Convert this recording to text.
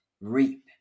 reap